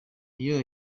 iyo